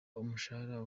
umushahara